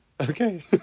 Okay